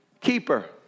keeper